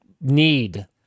need